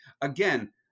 again